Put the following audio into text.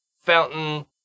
fountain